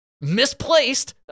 misplaced